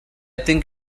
think